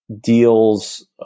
Deals